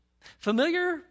familiar